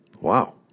Wow